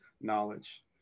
knowledge